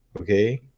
Okay